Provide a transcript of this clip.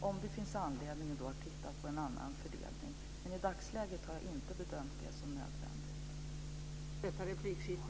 Vi får se om det finns anledning att titta på en annan fördelning, men i dagsläget har jag inte bedömt det som nödvändigt.